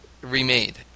remade